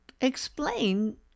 explain